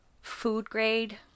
food-grade